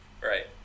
right